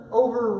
over